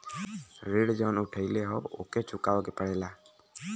ऋण जउन उठउले हौ ओके चुकाए के पड़ेला